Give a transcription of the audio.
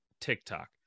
TikTok